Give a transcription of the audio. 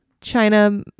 China